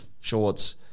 shorts